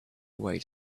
way